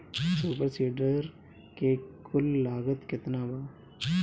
Super seeder के कुल लागत केतना बा?